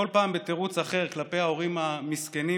כל פעם בתירוץ אחר כלפי ההורים המסכנים.